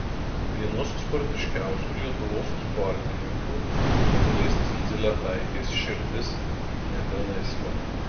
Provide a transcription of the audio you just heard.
vienos simpatiškiausių lietuvos sportininkių dovilės dzindzaletaitės širdis nebe laisva